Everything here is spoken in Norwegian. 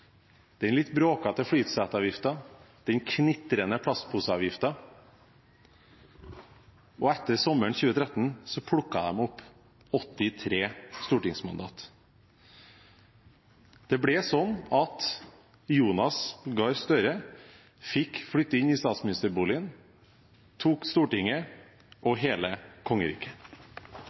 veien, den litt bråkete flyseteavgiften, den knitrende plastposeavgiften. Og etter sommeren 2017 plukket de opp 83 stortingsmandater. Det ble sånn at Jonas Gahr Støre fikk flytte inn i statsministerboligen, tok Stortinget og hele kongeriket.